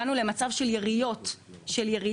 הגענו למצב של יריות בשטח.